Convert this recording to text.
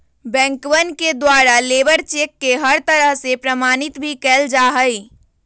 बैंकवन के द्वारा लेबर चेक के हर तरह से प्रमाणित भी कइल जा हई